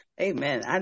amen